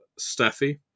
Steffi